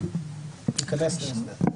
ייכנס להסדר.